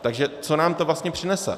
Takže co nám to vlastně přinese?